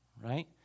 Right